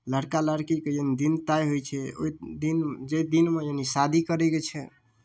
लड़का लड़कीके जहन दिन तय होइ छै ओहि दिन यानि जाहि दिनमे शादी करैके छै